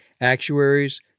actuaries